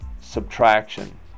subtraction